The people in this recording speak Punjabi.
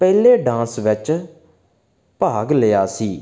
ਪਹਿਲੇ ਡਾਂਸ ਵਿੱਚ ਭਾਗ ਲਿਆ ਸੀ